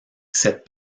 cette